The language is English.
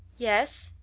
yes.